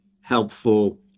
helpful